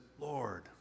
Lord